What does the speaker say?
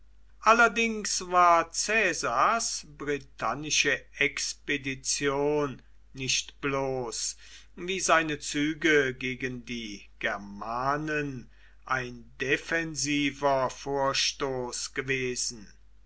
allerdings war caesars britannische expedition nicht bloß wie seine züge gegen die germanen ein defensiver vorstoß gewesen